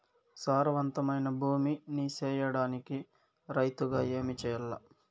సారవంతమైన భూమి నీ సేయడానికి రైతుగా ఏమి చెయల్ల?